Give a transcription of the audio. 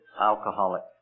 alcoholic